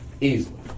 easily